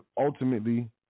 ultimately